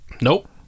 Nope